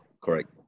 correct